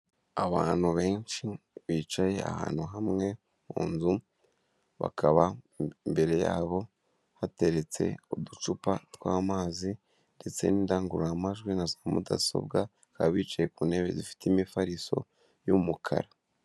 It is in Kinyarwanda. Abantu benshi bicaye ahantu hamwe mu nzu. Bakaba imbere yabo hateretse uducupa tw'amazi ndetse n'indangururamajwi na za mudasobwa, bababa bicaye ku ntebe zifite imifariso y'umukara.